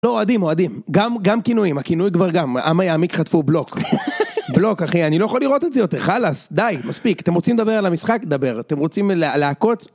לא אוהדים אוהדים, גם כינויים, הכינוי כבר גם, "עמה יעמיק" חטפו בלוק. בלוק אחי, אני לא יכול לראות את זה יותר, חלאס, די, מספיק, אתם רוצים לדבר על המשחק? דבר, אתם רוצים לעקוץ?